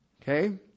Okay